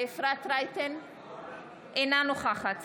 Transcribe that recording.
אינה נוכחת